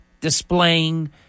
displaying